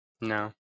no